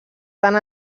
tant